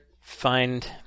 find